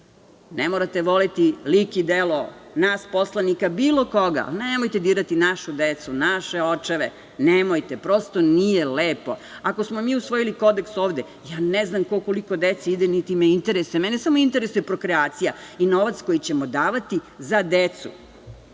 Ne morate voleti lik i delo nas poslanika bilo koga ali nemojte dirati našu decu, naše očeve, nemojte. Prosto, nije lepo. Ako smo mi usvojili kodeks ovde, ja ne znam ko koliko dece ima, niti me interesuje, mene samo interesuje prokrejacija i novac koji ćemo davati za decu,